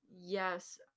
yes